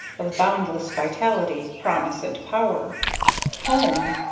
of boundless vitality, promise, and power home!